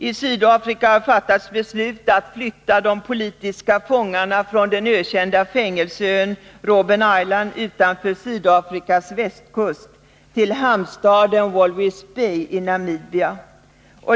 I Sydafrika har fattats beslut att flytta de politiska fångarna från den ökända fängelseön Robben Island utanför Sydafrikas västkust till hamnstaden Walvis Bay i Namibia.